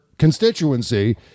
constituency